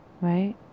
Right